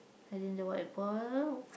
holding the white ball